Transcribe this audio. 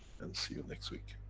and see you next week.